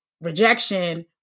rejection